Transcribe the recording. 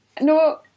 No